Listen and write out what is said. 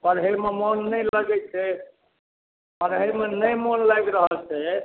पढ़ै मे मोन नहि लगै छै पढ़ै मे नहि मोन लागि रहल छै